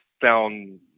found